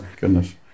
goodness